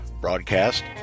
broadcast